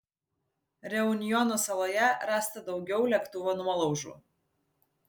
reunjono saloje rasta daugiau lėktuvo nuolaužų